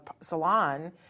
salon